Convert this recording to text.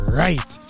right